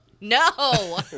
no